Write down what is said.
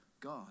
God